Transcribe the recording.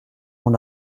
mon